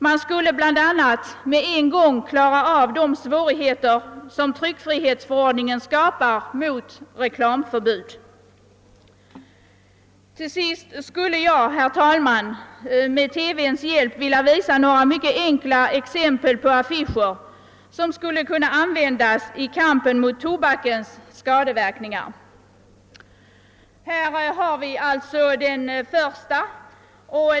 Man skulle bl.a. med en gång klara av de svårigheter som tryckfrihetsförordningen skapar mot reklamförbud. Till sist skulle jag, herr talman, med televisionens hjälp vilja visa några mycket enkla exempel på affischer, som skulle kunna användas i kampen mot tobakens skadeverkningar. Jag visar nu den första affischen.